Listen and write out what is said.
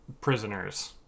prisoners